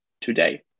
today